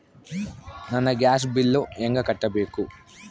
ನನ್ನ gas bill ಹೆಂಗ ಕಟ್ಟಬೇಕು?